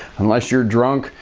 unless you're drunk,